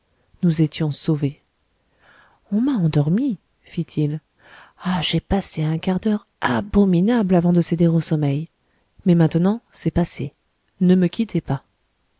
nous étions sauvés on m'a endormi fit-il ah j'ai passé un quart d'heure abominable avant de céder au sommeil mais maintenant c'est passé ne me quittez pas